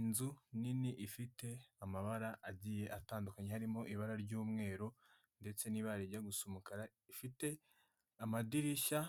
Inzu nini ifite amabara agiye atandukanye harimo ibara ry'umweru ndetse n'ibara rijya gusa umukara, ifite amadirishya